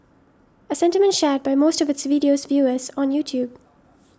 a sentiment shared by most of its video's viewers on YouTube